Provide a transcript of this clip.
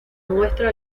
muestra